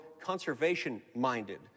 conservation-minded